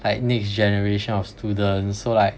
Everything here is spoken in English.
like next generation of students so like